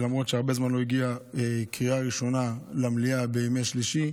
למרות שהרבה זמן לא הגיעה קריאה ראשונה למליאה בימי שלישי.